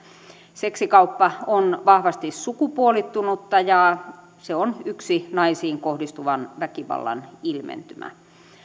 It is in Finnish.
seksikauppa on vahvasti sukupuolittunutta ja se on yksi naisiin kohdistuvan väkivallan ilmentymä